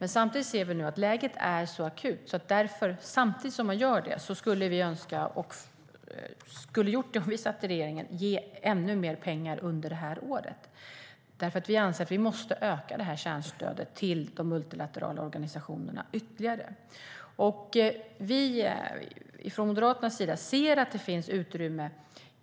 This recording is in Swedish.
Nu är dock läget så akut att vi skulle önska att man skulle ge ännu mer pengar under det här året. Det skulle vi ha gjort om vi satt i regeringen. Vi anser att vi måste öka kärnstödet till de multilaterala organisationerna ytterligare. Från Moderaternas sida ser vi att det finns utrymme